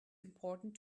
important